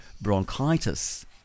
bronchitis